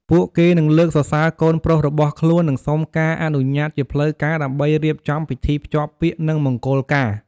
ពួកគេនឹងលើកសរសើរកូនប្រុសរបស់ខ្លួន និងសុំការអនុញ្ញាតជាផ្លូវការដើម្បីរៀបចំពិធីភ្ជាប់ពាក្យ និងមង្គលការ។